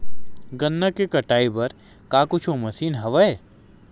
गन्ना के कटाई बर का कुछु मशीन हवय?